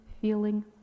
feeling